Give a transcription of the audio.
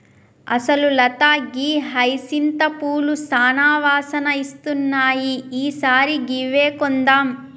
అసలు లత గీ హైసింత పూలు సానా వాసన ఇస్తున్నాయి ఈ సారి గివ్వే కొందాం